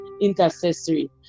intercessory